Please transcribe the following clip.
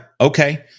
okay